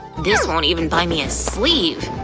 this won't even buy me a sleeve!